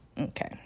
okay